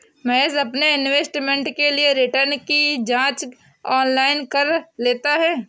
महेश अपने इन्वेस्टमेंट के लिए रिटर्न की जांच ऑनलाइन कर लेता है